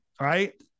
right